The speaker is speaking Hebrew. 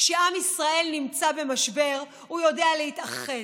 כשעם ישראל נמצא במשבר, הוא יודע להתאחד.